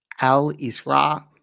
Al-Isra